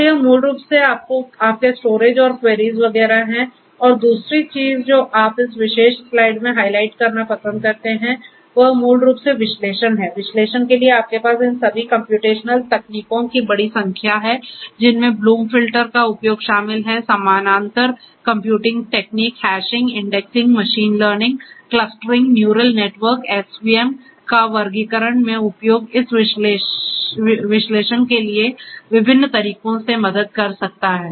तो यह मूल रूप से आपके स्टोरेज और क्वेरीज़ वगैरह हैं और दूसरी चीज़ जो आप इस विशेष स्लाइड में हाइलाइट करना पसंद करते हैं वह मूल रूप से विश्लेषण है विश्लेषण के लिए आपके पास इन सभी कम्प्यूटेशनल तकनीकों की बड़ी संख्या है जिनमें ब्लूम फ़िल्टर का उपयोग शामिल है समानांतर कंप्यूटिंग तकनीक hashing indexing machine learning clustering neural network SVM का वर्गीकरण में उपयोग इस विश्लेषण के लिए विभिन्न तरीकों से मदद कर सकता है